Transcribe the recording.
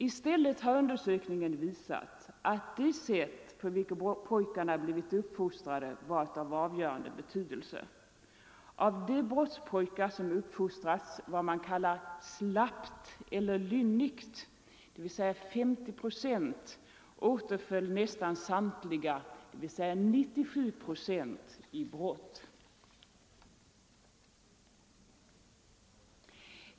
I stället har undersökningen visat att det sätt på vilket pojkarna har blivit uppfostrade varit av avgörande betydelse. Av de brottspojkar som har uppfostrats vad man kallar slappt eller lynnigt — 50 procent — återföll nästan samtliga — 97 procent — i brott.